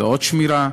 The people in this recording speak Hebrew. ועוד שמירה,